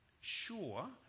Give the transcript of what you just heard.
Sure